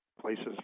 places